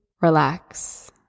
relax